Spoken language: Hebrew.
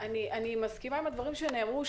אני מסכימה עם הדברים שנאמרו,